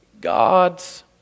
God's